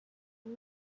and